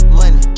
money